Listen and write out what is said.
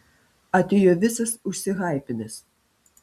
atėjo visas užsihaipinęs